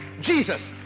Jesus